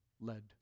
led